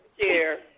chair